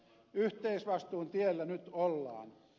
yhteisvastuun tiellä nyt ollaan